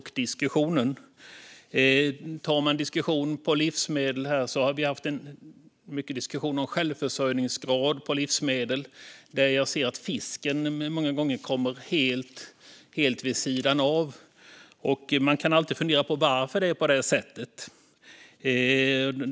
I diskussionen om livsmedel har vi pratat mycket om självförsörjningsgrad, och där ser jag att fisken många gånger kommer helt vid sidan av. Man kan alltid fundera på varför det är på det sättet.